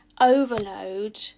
overload